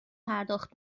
پرداخت